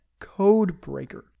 codebreaker